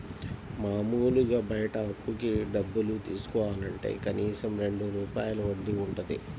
మాములుగా బయట అప్పుకి డబ్బులు తీసుకోవాలంటే కనీసం రెండు రూపాయల వడ్డీ వుంటది